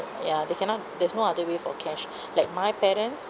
ya they cannot there's no other way for cash like my parents